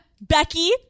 Becky